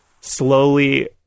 slowly